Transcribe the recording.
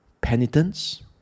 Penitence